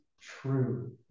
true